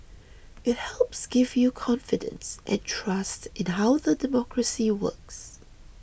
it helps gives you confidence and trust in how the democracy works